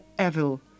evil